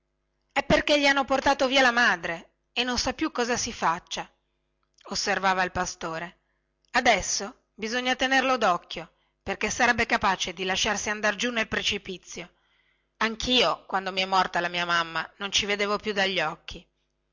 è perchè gli hanno portato via la madre e non sa più cosa si faccia osservava il pastore adesso bisogna tenerlo docchio perchè sarebbe capace di lasciarsi andar giù nel precipizio anchio quando mi è morta la mia mamma non ci vedevo più dagli occhi